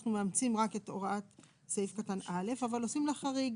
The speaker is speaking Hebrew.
אנחנו מאמצים רק את הוראת סעיף קטן (א) אבל עושים לה חריג.